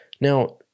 Now